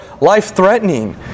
life-threatening